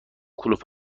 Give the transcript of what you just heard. کلوپ